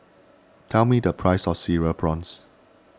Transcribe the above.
tell me the price of Cereal Prawns